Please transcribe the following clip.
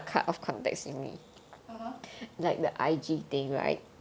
(uh huh)